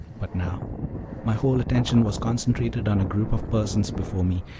but now my whole attention was concentrated on a group of persons before me,